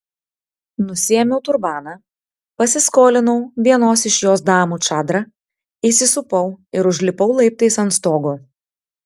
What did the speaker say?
nusiėmiau turbaną pasiskolinau vienos iš jos damų čadrą įsisupau ir užlipau laiptais ant stogo